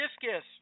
discus